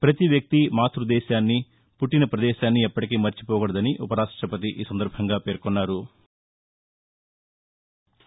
ప్రతి వ్యక్తి మాతృదేశాన్ని పుట్టిన పదేశాన్ని ఎప్పటికి మర్చిపోకూడదని ఉపరాష్టపతి పేర్కొన్నారు